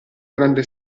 grande